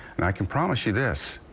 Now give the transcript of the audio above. and i can promise you this.